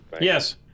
Yes